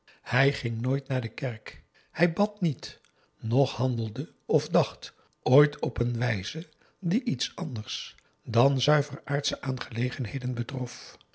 hij ging nooit naar de kerk hij bad niet noch handelde of dacht ooit op een wijze die iets anders dan zuiver aardsche aangelegenheden betrof